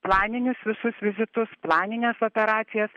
planinius visus vizitus planines operacijas